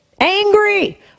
Angry